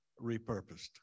repurposed